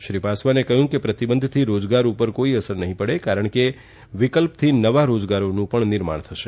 શ્રી પાસવાને કહ્યું કે પ્રતિબંધથી રોજગાર પર અસર નહીં પડે કારણ કે વિકલપથી નવા રોજગારોનું નિર્માણ થશે